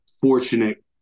fortunate